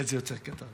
לא אקדיש לכך מילים